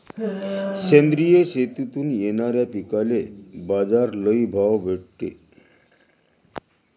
सेंद्रिय शेतीतून येनाऱ्या पिकांले बाजार लई भाव भेटते